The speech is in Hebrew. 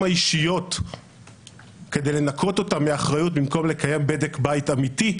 האישיות כדי לנקות אותם מאחריות במקום לקיים בדק בית אמיתי,